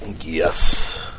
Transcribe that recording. yes